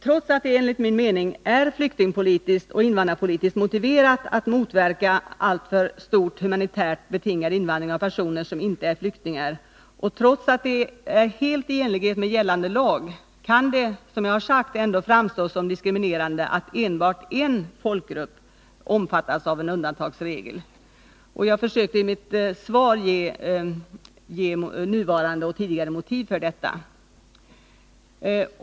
Trots att det enligt min mening är flyktingpolitiskt och invandrarpolitiskt motiverat att motverka alltför stor humanitärt betingad invandring av personer som inte är flyktingar och trots att det ligger helt i linje med gällande lag kan det, som jag redan sagt, framstå som diskriminerande att endast en folkgrupp omfattas av en undantagsregel. Jag försökte i mitt svar ge nuvarande och tidigare motiv för detta.